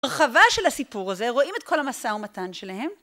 הרחבה של הסיפור הזה, רואים את כל המשא ומתן שלהם